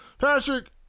Patrick